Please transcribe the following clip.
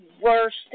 worst